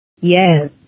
yes